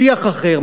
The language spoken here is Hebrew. שיח אחר,